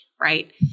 right